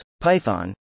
Python